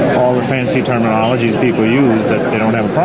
all the fancy terminologies people use that they don't have